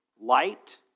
light